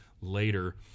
later